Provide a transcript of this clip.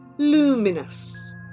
Luminous